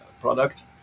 product